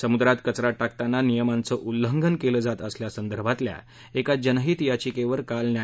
समुद्रात कचरा टाकताना नियमांचं उल्लंघन केलं जात असल्यासंदर्भातल्या एका जनहित याचिकेवर काल न्या